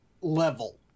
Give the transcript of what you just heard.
level